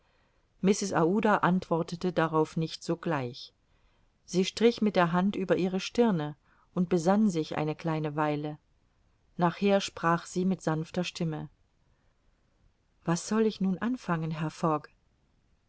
aouda antwortete darauf nicht sogleich sie strich mit der hand über ihre stirne und besann sich eine kleine weile nachher sprach sie mit sanfter stimme was soll ich nun anfangen herr